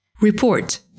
Report